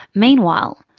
meanwhile,